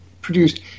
produced